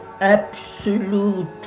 absolute